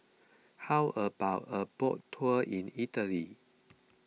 how about a boat tour in Italy